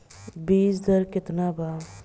बीज दर केतना वा?